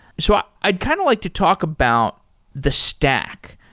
so i'd kind of like to talk about the stack.